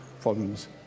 problems